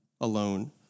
alone